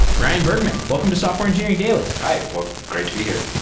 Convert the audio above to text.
ryan bergman, welcome to software engineering daily hi. great to be here.